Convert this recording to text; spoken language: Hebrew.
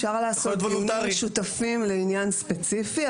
אפשר לעשות דיונים משותפים לעניין ספציפי,